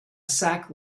sack